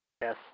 Yes